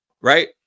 Right